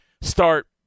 start